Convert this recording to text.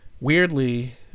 Weirdly